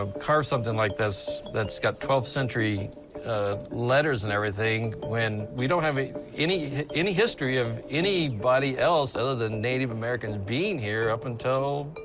carve something like this that's got twelfth century letters and everything when we don't have any any history of anybody else other than native americans being here up until,